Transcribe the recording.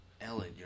Ellen